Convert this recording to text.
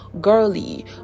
girly